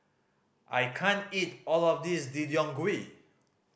I can't eat all of this Deodeok Gui